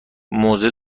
موزه